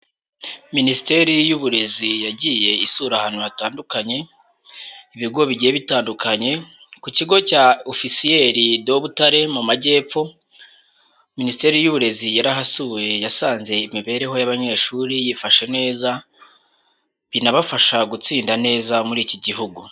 Minisiteri y'Uburezi yagiye isura ahantu hatandukanye, ibigo bigiye bitandukanye ku kigo cya Officiel de Butare mu magepfo, Minisiteri y'Uburezi yarahasuye yasanze imibereho y'abanyeshuri yifashe neza, binabafasha gutsinda neza muri iki gihugu.